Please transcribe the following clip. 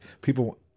people